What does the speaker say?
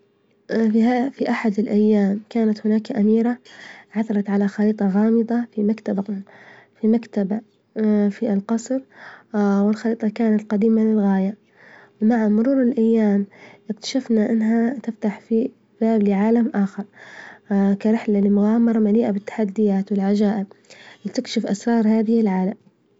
في أحد الأيام كانت هناك أميرة عثرت على خريطة غامظة في مكتب، في مكتبة في القصر والخريطة كانت قديمة للغاية، مع مرور الأيام اكتشفنا أنها تفتح في باب لعالم آخر كرحلة لمغامرة مليئة بالتحديات والعجائب، لتكشف الأسرار هذه للعالم.